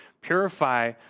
Purify